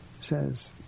says